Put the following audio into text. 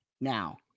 now